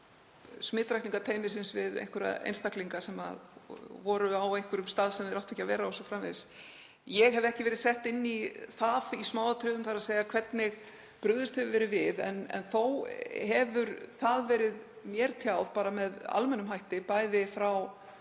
smitrakningarteymisins við einhverja einstaklinga sem voru á einhverjum stað sem þeir áttu ekki að vera o.s.frv. Ég hef ekki verið sett inn í það í smáatriðum hvernig brugðist hefur verið við, en þó hefur mér verið tjáð með almennum hætti, bæði frá